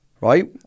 Right